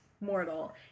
mortal